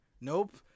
Nope